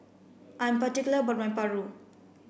I'm particular about my Paru